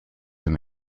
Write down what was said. and